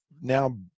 now